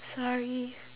sorry